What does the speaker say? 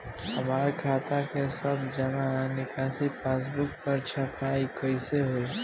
हमार खाता के सब जमा निकासी पासबुक पर छपाई कैसे होई?